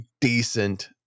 decent